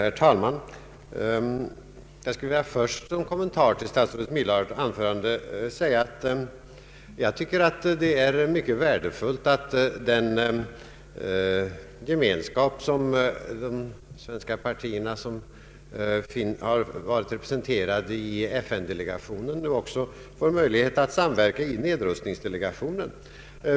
Herr talman! Jag skulle till att börja med som kommentar till statsrådet Myrdals anförande vilja säga att jag finner det mycket värdefullt att de svenska partier som varit representerade i FN delegationen nu också får möjlighet att samverka i nedrustningsdelegationen.